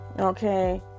Okay